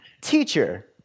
Teacher